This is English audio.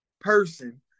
person